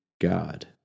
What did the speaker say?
God